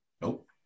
Nope